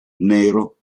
nero